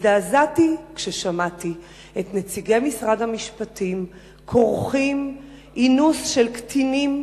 הזדעזעתי כששמעתי את נציגי משרד המשפטים כורכים אינוס של קטינים עם